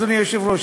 אדוני היושב-ראש,